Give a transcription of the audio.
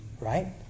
right